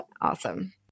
Awesome